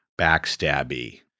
backstabby